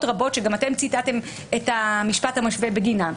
רבות שגם אתם ציטטתם את המשפט המשווה בגינן,